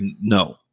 no